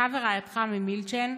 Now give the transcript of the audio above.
אתה ורעייתך ממילצ'ן,